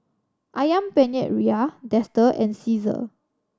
Ayam Penyet Ria Dester and Cesar